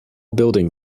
building